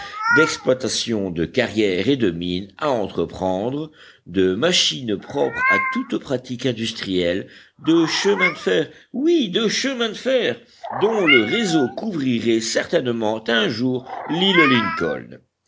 d'exploitations de carrières et de mines à entreprendre de machines propres à toutes pratiques industrielles de chemins de fer oui de chemins de fer dont le réseau couvrirait certainement un jour l'île lincoln